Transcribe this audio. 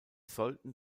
sollten